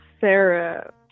Sarah